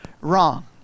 wrong